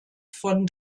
von